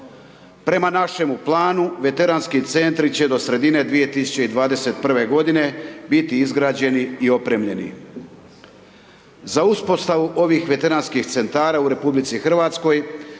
Prema našemu planu, Veteranski Centri će do sredine 2021.-ve godine biti izgrađeni i opremljeni. Za uspostavu ovih Veteranskih Centara u RH osigurana